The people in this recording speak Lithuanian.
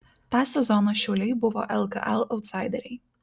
tą sezoną šiauliai buvo lkl autsaideriai